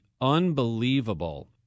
unbelievable